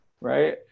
Right